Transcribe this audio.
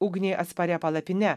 ugniai atsparia palapine